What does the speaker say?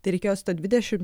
tai reikėjo su ta dvidešim